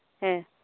ᱦᱮᱸ